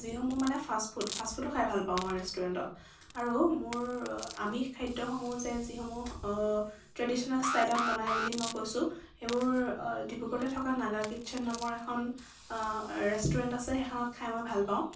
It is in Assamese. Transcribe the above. যিসমূহ মানে ফাষ্ট ফুড ফাষ্ট ফুডো খাই ভাল পাওঁ মই ৰেষ্টুৰেন্টত আৰু মোৰ আমিষ খাদ্যসমূহ যে যিসমূহ ট্ৰেডিচনেল ষ্টাইলত বনাই বুলি মই কৈছোঁ সেইবোৰ ডিব্ৰুগড়তে থকা নাগা কিটচেন নামৰ এখন ৰেষ্টুৰেন্ট আছে সেইখনত খায় মই ভাল পাওঁ